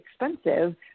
expensive